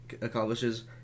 accomplishes